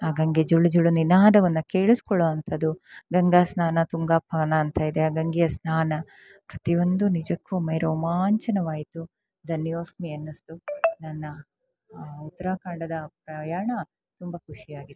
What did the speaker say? ಆ ಗಂಗೆ ಜುಳು ಜುಳು ನಿನಾದವನ್ನು ಕೇಳಿಸ್ಕೊಳುವಂಥದು ಗಂಗಾ ಸ್ನಾನ ತುಂಗಾ ಪಾನ ಅಂತಯಿದೆ ಆ ಗಂಗೆಯ ಸ್ನಾನ ಪ್ರತಿಯೊಂದು ನಿಜಕ್ಕು ಮೈ ರೋಮಾಂಚನವಾಯಿತು ಧನ್ಯೋಸ್ಮಿ ಅನ್ನಿಸ್ತು ನನ್ನ ಉತ್ತರಖಂಡದ ಪ್ರಯಾಣ ತುಂಬ ಖುಷಿಯಾಗಿತ್ತು